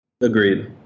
Agreed